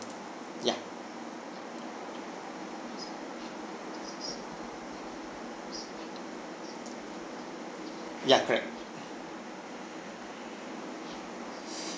ya ya correct